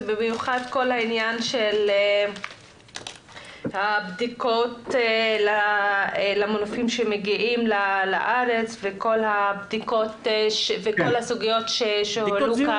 ובמיוחד כל העניין של הבדיקות למנופים שמגיעים לארץ וכל הסוגיות ששמענו.